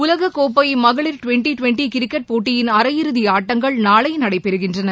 உலகக்கோப்பை மகளிர் twenty cricket போட்டியின் அரை இறுதி ஆட்டங்கள் நாளை நடைபெறுகின்றன